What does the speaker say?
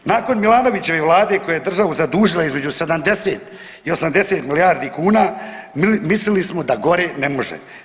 Nakon Milanovićeve Vlade koja je državu zadužila između 70 i 80 milijardi kuna mislili smo da gore ne može.